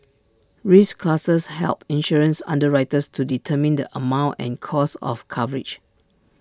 risk classes help insurance underwriters to determine the amount and cost of coverage